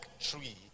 tree